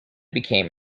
became